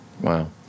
Wow